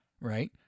right